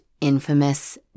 infamous